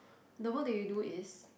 the work that you do is